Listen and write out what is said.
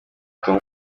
tom